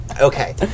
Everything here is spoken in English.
Okay